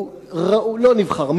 הוא לא נבחר ציבור.